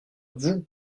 vous